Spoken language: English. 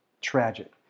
Tragic